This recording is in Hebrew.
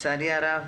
לצערי הרב,